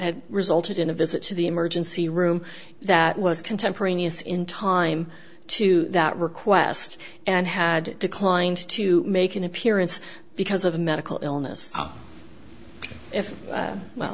had resulted in a visit to the emergency room that was contemporaneous in time to that request and had declined to make an appearance because of a medical illness if